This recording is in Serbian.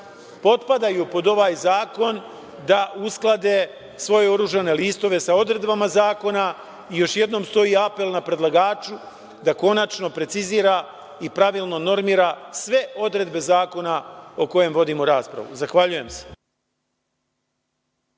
potpadaju pod ovaj zakon da usklade svoje oružane listove sa odredbama zakona i još jednom stoji apel na predlagaču da konačno precizira i pravilno normira sve odredbe zakona o kojem vodimo raspravu. Zahvaljujem.